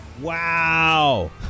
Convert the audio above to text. Wow